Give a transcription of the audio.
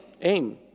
aim